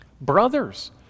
Brothers